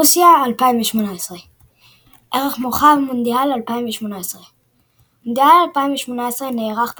רוסיה 2018 ערך מורחב – מונדיאל 2018 מונדיאל 2018 נערך ברוסיה.